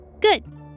Good